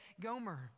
Gomer